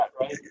right